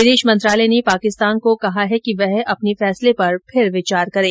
विदेश मंत्रालय ने पाकिस्तान को कहा है कि वह अपने फैसले पर फिर विचार करे